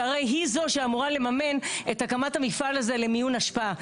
שהרי היא זו שאמורה לממן את הקמת המפעל הזה למיון אשפה.